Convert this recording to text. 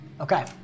Okay